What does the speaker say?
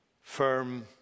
Firm